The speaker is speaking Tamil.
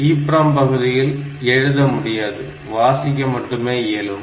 EPROM பகுதியில் எழுத முடியாது வாசிக்க மட்டுமே இயலும்